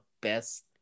best